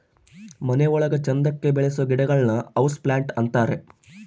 ಮನೆ ಒಳಗ ಚಂದಕ್ಕೆ ಬೆಳಿಸೋ ಗಿಡಗಳನ್ನ ಹೌಸ್ ಪ್ಲಾಂಟ್ ಅಂತಾರೆ